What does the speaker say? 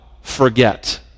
forget